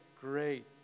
great